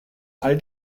all